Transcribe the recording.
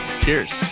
Cheers